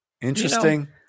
Interesting